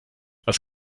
was